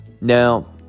Now